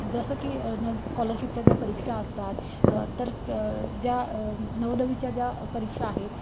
जसं की न स्कॉलरशिपच्या ज्या परीक्षा असतात तर ज्या नवनवीच्या ज्या परीक्षा आहेत